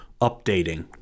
updating